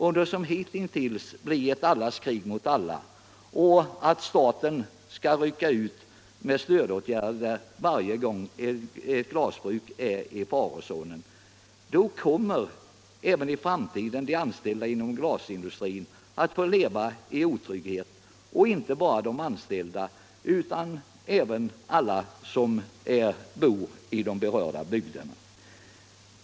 Om det som hittills blir ett allas krig mot alla och staten skall gripa in med stödåtgärder varje gång ett glasbruk är i farozonen, kommer de anställda inom glasindustrin att även i framtiden få leva i otrygghet — och inte bara de anställda utan alla som bor i de berörda bygderna.